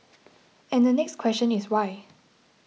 and the next question is why